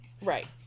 right